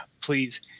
please